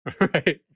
Right